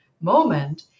moment